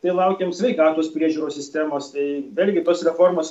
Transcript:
tai laukėm sveikatos priežiūros sistemos tai dar gi tos reformos